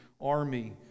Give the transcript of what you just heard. army